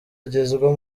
agezwa